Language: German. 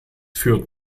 führt